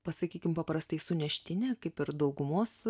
pasakykim paprastai suneštinė kaip ir daugumos